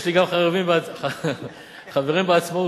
יש לי חברים גם בעצמאות.